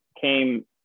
came